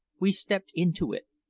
we stepped into it,